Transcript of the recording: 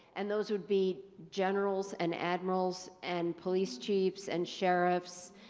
and those would be generals and admirals and police chiefs and sheriffs,